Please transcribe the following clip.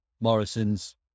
Morrison's